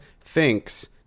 thinks